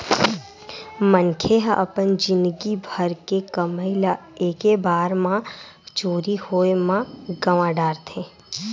मनखे ह अपन जिनगी भर के कमई ल एके बार के चोरी होए म गवा डारथे